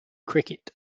cricket